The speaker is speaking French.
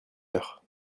heure